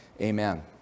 Amen